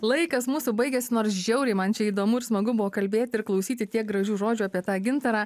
laikas mūsų baigėsi nors žiauriai man čia įdomu ir smagu buvo kalbėt ir klausyti tiek gražių žodžių apie tą gintarą